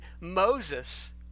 Moses